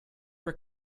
were